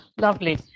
lovely